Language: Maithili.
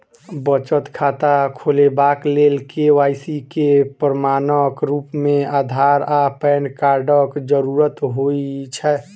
बचत खाता खोलेबाक लेल के.वाई.सी केँ प्रमाणक रूप मेँ अधार आ पैन कार्डक जरूरत होइ छै